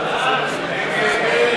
בבקשה.